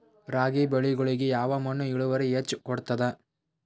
ರಾಗಿ ಬೆಳಿಗೊಳಿಗಿ ಯಾವ ಮಣ್ಣು ಇಳುವರಿ ಹೆಚ್ ಕೊಡ್ತದ?